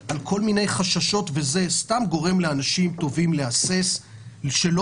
על כל מיני חששות סתם גורם לאנשים טובים להסס שלא